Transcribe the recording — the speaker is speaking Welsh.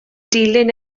dilyn